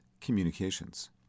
communications